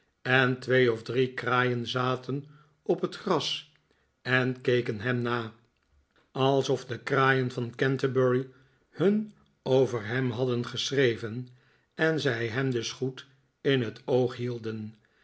en twee of drie kraaien zaten op het gras en keken hem na alsof de kraaien van canterbury hun over hem hadden geschreven en zij hem dus goed in het oog hielden